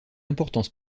importance